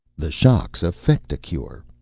the shocks effect a cure.